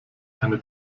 eine